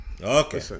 Okay